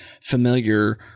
familiar